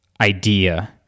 idea